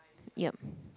yup